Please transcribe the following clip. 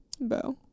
Bow